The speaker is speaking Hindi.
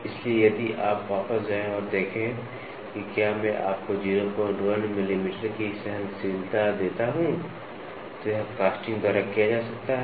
इसलिए यदि आप वापस जाएं और देखें कि क्या मैं आपको 01 मिलीमीटर की सहनशीलता देता हूं तो यह कास्टिंग द्वारा किया जा सकता है